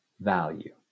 value